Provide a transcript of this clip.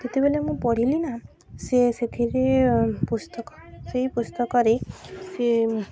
ଯେତେବେଳେ ମୁଁ ପଢ଼ିଲି ନା ସେ ସେଥିରେ ପୁସ୍ତକ ସେଇ ପୁସ୍ତକରେ ସେ